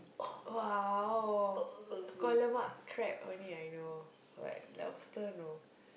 !wow! kuah lemak crab only I know but lobster no